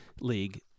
league